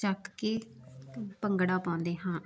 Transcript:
ਚੱਕ ਕੇ ਭੰਗੜਾ ਪਾਉਂਦੇ ਹਾਂ